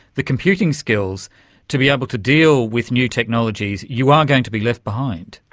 the computing skills to be able to deal with new technologies, you are going to be left behind.